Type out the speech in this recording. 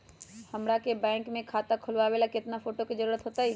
हमरा के बैंक में खाता खोलबाबे ला केतना फोटो के जरूरत होतई?